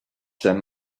them